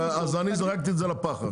אני זרקתי את זה לפח.